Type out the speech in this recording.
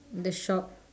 the shop